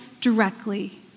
directly